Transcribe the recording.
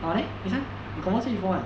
orh there 你看 you confirm see before [one]